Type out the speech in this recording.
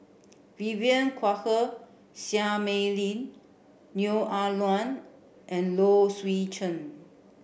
Vivien Quahe Seah Mei Lin Neo Ah Luan and Low Swee Chen